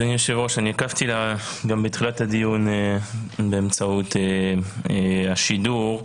אני הקשבתי לתחילת הדיון באמצעות השידור.